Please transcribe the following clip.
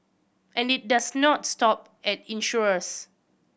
and it does not stop at insurers